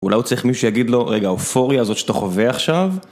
אולי הוא צריך מישהו שיגיד לו רגע, האופוריה הזאת שאתה חווה עכשיו...